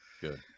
Good